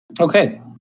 Okay